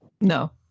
No